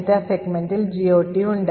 data segmentൽ GOT ഉണ്ട്